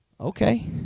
Okay